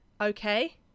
okay